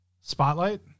Spotlight